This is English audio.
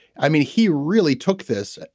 i mean he really took this.